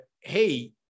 hey